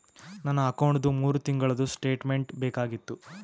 ನನ್ನ ಅಕೌಂಟ್ದು ಮೂರು ತಿಂಗಳದು ಸ್ಟೇಟ್ಮೆಂಟ್ ಬೇಕಾಗಿತ್ತು?